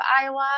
Iowa